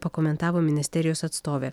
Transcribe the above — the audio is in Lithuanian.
pakomentavo ministerijos atstovė